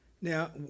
Now